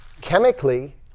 chemically